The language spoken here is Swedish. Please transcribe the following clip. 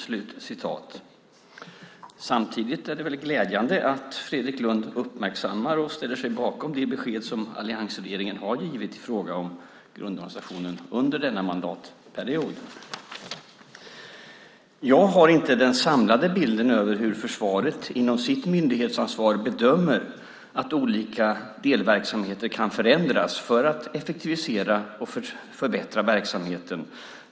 Samtidigt är det väl glädjande att Fredrik Lundh uppmärksammar och ställer sig bakom det besked som alliansregeringen har givit i fråga om grundorganisationen under denna mandatperiod. Jag har inte den samlade bilden av hur försvaret inom sitt myndighetsansvar bedömer att olika delverksamheter kan förändras för att effektivisera och förbättra verksamheten.